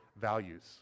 values